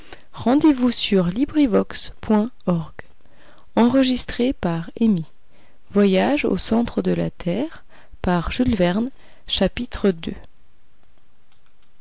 ce voyage au centre de la terre